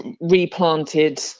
replanted